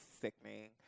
sickening